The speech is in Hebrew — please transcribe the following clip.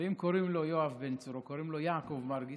ואם קוראים לו יואב בן צור או קוראים לו יעקב מרגי,